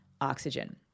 oxygen